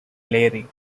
layering